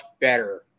better